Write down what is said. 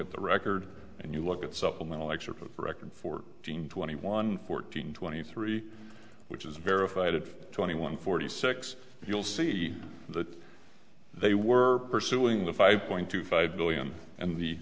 at the record and you look at supplemental excerpt of record four hundred twenty one fourteen twenty three which is verified of twenty one forty six you'll see that they were pursuing the five point two five billion and the